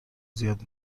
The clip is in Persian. زیاد